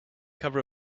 cover